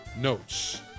notes